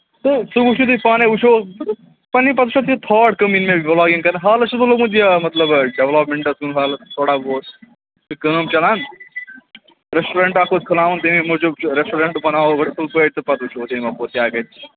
تہٕ سُہ وُچھِو تُہۍ پانے وُچھِو پنٕنۍ پَتہٕ وُچھو تھاٹ کَم یِِنۍ مےٚ بُلاگِنگ کَرنٕکۍ حالس چھُس بہٕ لوٚگمُت یہِ مطلب یہِ ڑیولوپمیٚنٹس کُن حالس تھوڑا بہت تہٕ کٲم چلان ریسٹورَنٹ اکھ اوس کھُلاوُن تَمی موٗجوٗب تہٕ ریسٹورَنٹ بناوو گۅڈٕ اصل پٲٹھۍ تہٕ پَتہٕ وُچھو تَمہِ اَپور کیٛاہ گژھِ